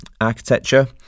architecture